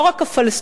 לא רק הפלסטינים,